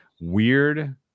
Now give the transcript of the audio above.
Weird